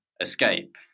escape